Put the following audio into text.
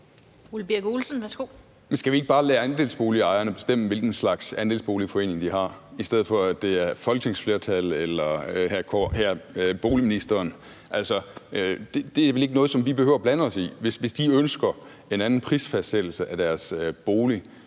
Skal vi ikke bare lade andelsboligejerne bestemme, hvilken slags andelsboligforening de har, i stedet for at det er folketingsflertallet eller boligministeren? Altså, det er vel ikke noget, som vi behøver at blande os i? Hvis de ønsker en anden prisfastsættelse af deres bolig,